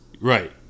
Right